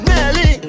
Nelly